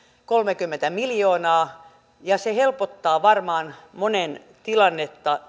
kolmekymmentä miljoonaa ja se helpottaa varmaan monen tilannetta